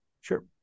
Sure